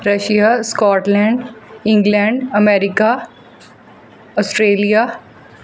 Russia Scotland England America Australia